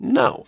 no